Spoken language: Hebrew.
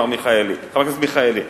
חבר הכנסת מיכאלי.